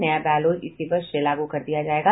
नया बायलॉज इसी वर्ष से लागू कर दिया गया है